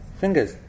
Fingers